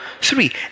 three